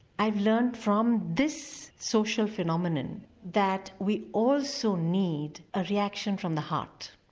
i've learnt from this social phenomenon that we also need a reaction from the heart.